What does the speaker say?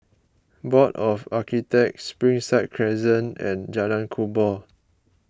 Board of Architects Springside Crescent and Jalan Kubor